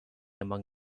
among